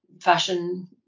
fashion